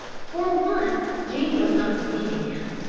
for once jean was not deceiving him.